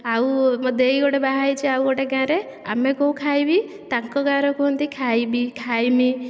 ଆଉ ମୋ ଦେଇ ଗୋଟେ ବାହା ହୋଇଛି ଆଉ ଗୋଟେ ଗାଁରେ ଆମେ କହୁ ଖାଇବି ତାଙ୍କ ଗାଁରେ କୁହନ୍ତି ଖାଇବି ଖାଇମି